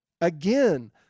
Again